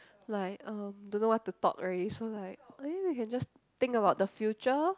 like um don't know what to talk already so like maybe we can just think about the future